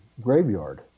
graveyard